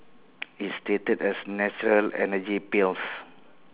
it's stated as natural energy pills